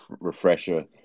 refresher